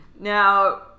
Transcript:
Now